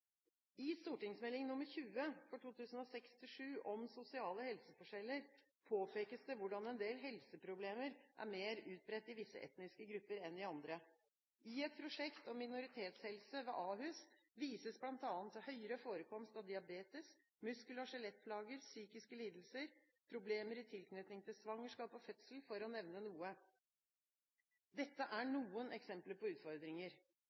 I St.meld. nr. 20 for 2006–2007 om sosiale helseforskjeller påpekes det hvordan en del helseproblemer er mer utbredt i visse etniske grupper enn i andre. I et prosjekt om minoritetshelse ved Ahus vises det bl.a. til høyere forekomst av diabetes, muskel- og skjelettplager, psykiske lidelser, problemer i tilknytning til svangerskap og fødsel, for å nevne noe. Dette er noen eksempler på utfordringer.